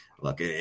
Look